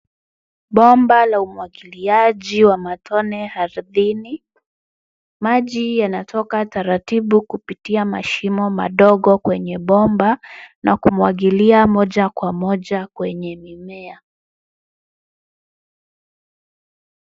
Bomba la umwagiliaji wa matone ardhini. Maji yanatoka taratibu kupitia mashimo madogo kwenye bomba na kumwagilia moja kwa moja kwenye mimea.